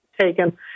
taken